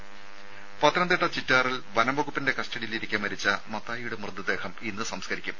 ദേദ പത്തനംതിട്ട ചിറ്റാറിൽ വനംവകുപ്പിന്റെ കസ്റ്റഡിയിലിരിക്കെ മരിച്ച മത്തായിയുടെ മൃതദേഹം ഇന്ന് സംസ്കരിക്കും